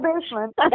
basement